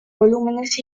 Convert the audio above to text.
volúmenes